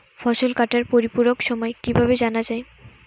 ফসল কাটার পরিপূরক সময় কিভাবে জানা যায়?